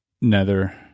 nether